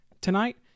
tonight